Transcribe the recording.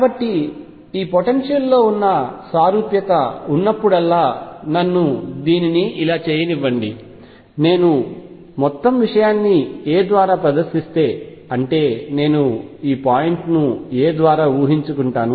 కాబట్టి ఈ పొటెన్షియల్ లో సారూప్యత ఉన్నప్పుడల్లా నన్ను దీనిని ఇలా చేయనివ్వండి నేను మొత్తం విషయాన్ని a ద్వారా ప్రదర్శిస్తే అంటే నేను ఈ పాయింట్ను a ద్వారా ఊహించుకుంటాను